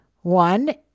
One